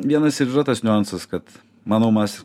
vienas ir yra tas niuansas kad manomas